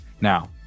Now